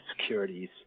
securities